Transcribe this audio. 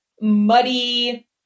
muddy